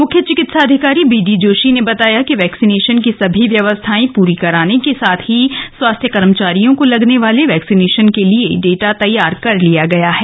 मुख्य चिकित्साधिकारी B D Joshi बताया कि वैक्सीनेशन की सभी व्यवस्थाएं पूरी कराने के साथ ही स्वास्थ कर्मचारियों को लगने वाले वैक्सीनेशन के लिए डाटा तैयार कर लिए गये है